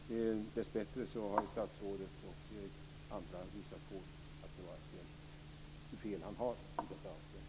Dessbättre har statsrådet och andra visat hur fel han har i detta avseende.